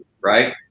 right